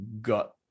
got